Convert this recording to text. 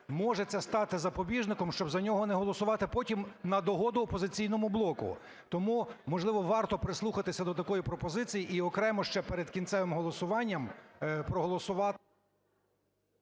може це стати запобіжником, щоб за нього не голосувати потім на догоду "Опозиційному блоку". Тому, можливо, варто прислухатися до такої пропозиції і окремо ще перед кінцевим голосуванням проголосувати…